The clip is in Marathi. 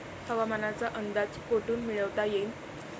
हवामानाचा अंदाज कोठून मिळवता येईन?